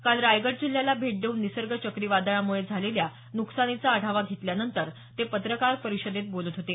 काल रायगड जिल्ह्याला भेट देऊन निसर्ग चक्रीवादळामुळे झालेल्या नुकसानीचा आढावा घेतल्यानंतर ते पत्रकार परिषदेत बोलत होते